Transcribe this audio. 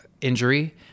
injury